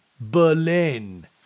Berlin